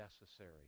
necessary